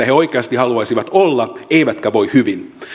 he oikeasti haluaisivat olla eivätkä voi hyvin